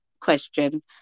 question